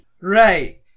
Right